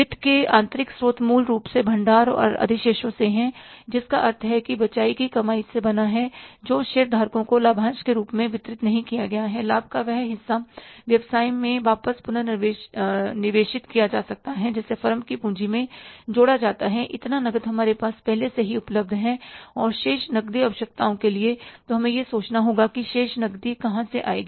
वित्त के आंतरिक स्रोत मूल रूप से भंडार और अधिशेषों से हैं जिसका अर्थ है कि बचाई गई कमाई से बना है जो शेयरधारकों को लाभांश के रूप में वितरित नहीं किया गया है लाभ का वह हिस्सा व्यवसाय में वापस पुनर्निवेशित किया जाता है जिसे फर्म की पूंजी में जोड़ा जाता है इतना नकद हमारे पास पहले से ही उपलब्ध है और शेष नकदी आवश्यकताओं के लिए तो हमें यह सोचना होगा कि शेष नकदी कहां से आएगी